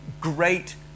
great